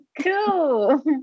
Cool